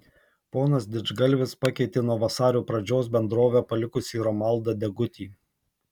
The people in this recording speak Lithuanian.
ponas didžgalvis pakeitė nuo vasario pradžios bendrovę palikusį romualdą degutį